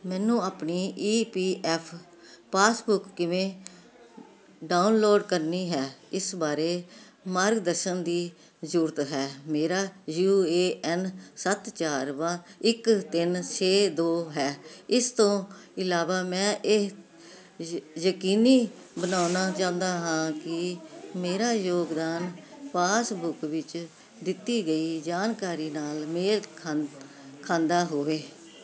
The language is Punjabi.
ਮੈਨੂੰ ਆਪਣੀ ਈ ਪੀ ਐੱਫ ਪਾਸਬੁੱਕ ਕਿਵੇਂ ਡਾਊਨਲੋਡ ਕਰਨੀ ਹੈ ਇਸ ਬਾਰੇ ਮਾਰਗਦਰਸ਼ਨ ਦੀ ਜ਼ਰੂਰਤ ਹੈ ਮੇਰਾ ਯੂ ਏ ਐਨ ਸੱਤ ਚਾਰ ਵਾ ਇੱਕ ਤਿੰਨ ਛੇ ਦੋ ਹੈ ਇਸ ਤੋਂ ਇਲਾਵਾ ਮੈਂ ਇਹ ਯ ਯਕੀਨੀ ਬਣਾਉਣਾ ਚਾਹੁੰਦਾ ਹਾਂ ਕਿ ਮੇਰਾ ਯੋਗਦਾਨ ਪਾਸਬੁੱਕ ਵਿੱਚ ਦਿੱਤੀ ਗਈ ਜਾਣਕਾਰੀ ਨਾਲ ਮੇਲ ਖਾਂਦ ਖਾਂਦਾ ਹੋਵੇ